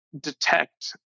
detect